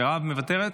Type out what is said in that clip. מוותרת,